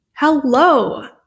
Hello